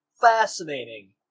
Fascinating